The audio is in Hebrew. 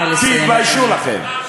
תתביישו לכם.